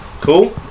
Cool